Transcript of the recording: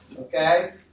okay